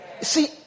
See